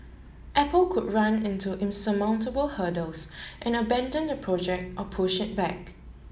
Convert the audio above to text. apple could run into insurmountable hurdles and abandon the project or push it back